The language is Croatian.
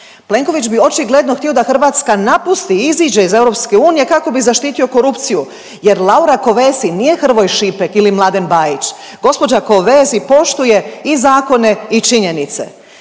Plenković bi očigledno htio da Hrvatska napusti iziđe iz EU kako bi zaštitio korupciju jer Laura Kövesi nije Hrvoj Šipek ili Mladen Bajić, gospođa Kövesi poštuje i zakone i činjenice.